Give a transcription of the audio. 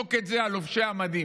לזרוק את זה על לובשי המדים.